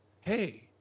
Hey